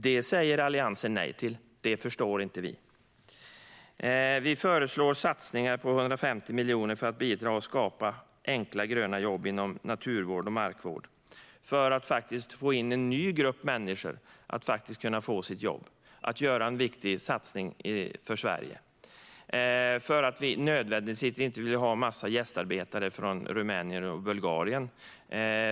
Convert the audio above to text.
Det säger Alliansen nej till. Det förstår inte vi. Vi föreslår satsningar på 15 miljoner per år för att bidra till att skapa enkla gröna jobb inom naturvård och markvård. Det handlar om att få in en ny grupp människor som kan få ett jobb och göra en viktig satsning för Sverige. Vi vill nödvändigtvis inte ha en massa gästarbetare från Rumänien och Bulgarien.